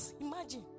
Imagine